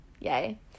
Yay